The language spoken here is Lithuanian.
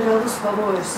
realus pavojus